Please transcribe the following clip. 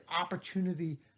opportunity